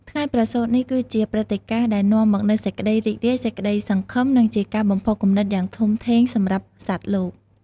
ថ្ងៃប្រសូតនេះ គឺជាព្រឹត្តិការណ៍ដែលនាំមកនូវសេចក្ដីរីករាយ សេចក្តីសង្ឃឹម និងជាការបំផុសគំនិតយ៉ាងធំធេងសម្រាប់សត្វលោក។